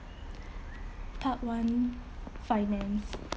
part one finance